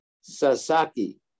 Sasaki